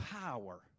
power